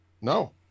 No